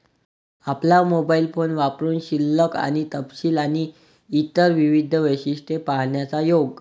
आपला mobile phone वापरुन शिल्लक आणि तपशील आणि इतर विविध वैशिष्ट्ये पाहण्याचा योग